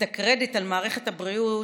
את הקרדיט על מערכת הבריאות,